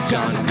John